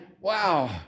wow